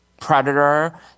predator